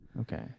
Okay